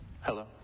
hello